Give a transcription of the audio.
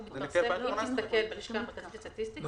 אם תסתכל בפרסומי הלשכה המרכזית לסטטיסטיקה,